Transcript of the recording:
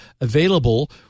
available